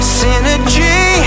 synergy